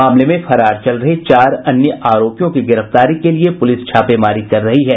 मामले में फरार चल रहे चार अन्य आरोपियों की गिरफ्तारी के लिए पुलिस छापेमारी कर रही है